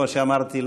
כמו שאמרתי,